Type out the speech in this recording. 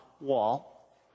wall